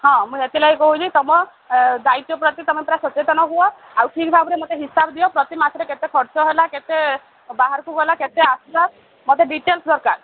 ହଁ ମୁଁ ସେଥିଲାଗି କହୁଛି ତୁମ ଦାୟିତ୍ୱ ପ୍ରତି ତୁମେ ପୁରା ସଚେତନ ହୁଅ ଆଉ ଠିକ୍ ଭାବରେ ମୋତେ ହିସାବ ଦିଅ ପ୍ରତି ମାଛରେ କେତେ ଖର୍ଚ୍ଚ ହେଲା କେତେ ବାହାରକୁ ଗଲା କେତେ ଆସିଲା ମୋତେ ଡିଟେଲ୍ସ ଦରକାର